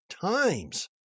times